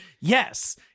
Yes